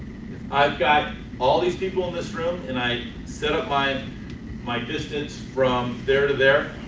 i've got all these people in this room and i set up my my distance from there to there,